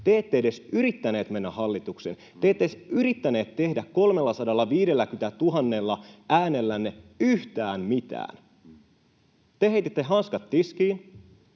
Te ette edes yrittäneet mennä hallitukseen. Te ette edes yrittäneet tehdä 350 000 äänellänne yhtään mitään. Te heititte hanskat tiskiin.